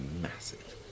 massive